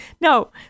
no